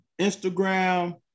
Instagram